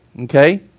okay